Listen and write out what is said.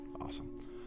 awesome